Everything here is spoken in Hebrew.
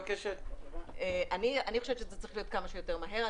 אני חושבת שזה צריך להיות כמה שיותר מהר.